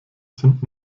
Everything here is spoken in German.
sind